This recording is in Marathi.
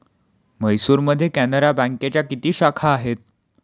म्हैसूरमध्ये कॅनरा बँकेच्या किती शाखा आहेत?